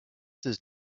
does